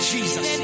Jesus